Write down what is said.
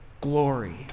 glory